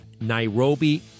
Nairobi